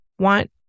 want